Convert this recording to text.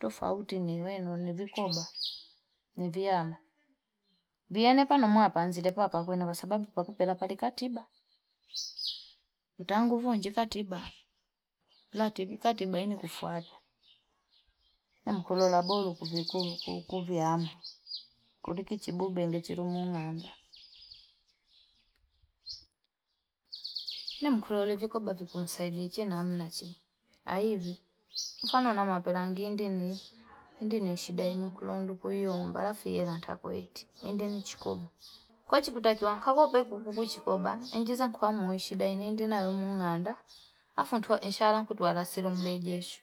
Tofa uti ni weno, ni vikoba, ni vyama. Vyama ni pano mwa panzi lepa wa kakwenye wa sababu kwa kupela pari katiba. Utangufu unji katiba. Lati, vikatiba inikufuadu. Nemu kulola boru kubikubi, kukubi yama. Kulikichi bube indechiru munga andha. Nemu kulola vikoba viku msaidichi na amunachini. Na hivi. Kwano nama pelangi, indi ni ishidaini kulondu kuhiyo mba. Lafi hira nta koe iti. Indi ni chikoba. Kwa chiputaki wangu kagope kukubu chikoba, njizangu wangu ishidaini indi na rumu mga andha. Afu nsharangu tuwarasiru mbe jeshu.